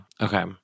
okay